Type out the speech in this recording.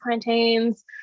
plantains